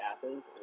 Athens